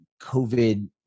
COVID